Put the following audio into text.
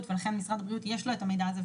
ולכן משרד הבריאות יש לו את המידע הזה,